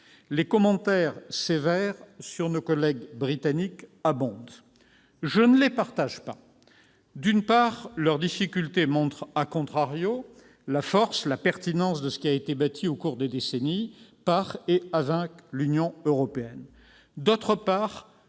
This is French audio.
Les commentaires sévères sur nos collègues britanniques abondent. Je ne les partage pas. D'une part, leurs difficultés montrent la force, la pertinence de ce qui a été bâti au cours des décennies par et avec l'Union européenne. D'autre part,